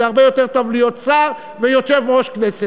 זה הרבה יותר טוב מלהיות שר ויושב-ראש כנסת.